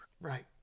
right